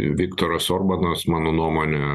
viktoras orbanas mano nuomone